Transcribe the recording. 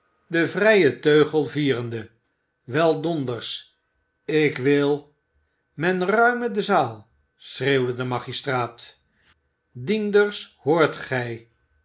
den vrijen teugel vierende wel donders ik wil men ruime de zaal schreeuwde de magisstraat dienders hoort gij